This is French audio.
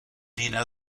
lina